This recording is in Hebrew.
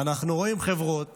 ואנחנו רואים חברות